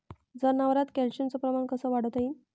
जनावरात कॅल्शियमचं प्रमान कस वाढवता येईन?